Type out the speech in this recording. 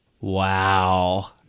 Wow